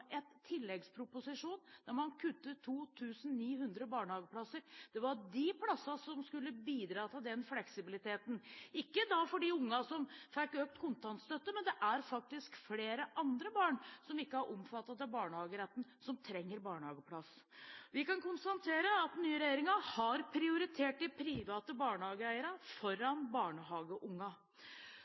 tilleggsproposisjon der man kuttet 2 900 barnehageplasser. Det var de plassene som skulle bidra til den fleksibiliteten – og da ikke for de ungene som fikk økt kontantstøtte, men det er faktisk flere andre barn som ikke er omfattet av barnehageretten, som trenger barnehageplass. Vi kan konstatere at den nye regjeringen har prioritert de private barnehageeierne foran